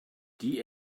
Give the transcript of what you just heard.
die